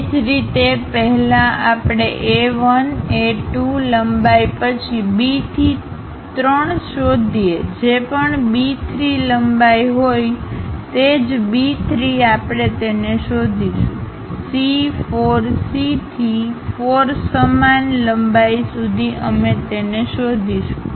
એ જ રીતે પહેલા આપણે A 1 A 2 લંબાઈ પછી B થી 3 શોધીએ જે પણ B 3 લંબાઈ હોય તે જ B 3 આપણે તેને શોધીશું C 4 C થી 4 સમાન લંબાઈ સુધી અમે તેને શોધીશું